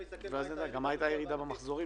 ואז נדע גם מה הייתה הירידה במחזורים,